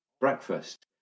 breakfast